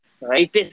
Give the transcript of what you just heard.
right